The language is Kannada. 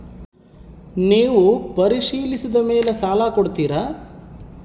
ನೇವು ಪರಿಶೇಲಿಸಿದ ಮೇಲೆ ಸಾಲ ಕೊಡ್ತೇರಾ?